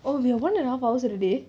oh we are one and a half hours already